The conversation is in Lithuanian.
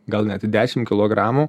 gal net dešim kilogramų